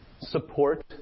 support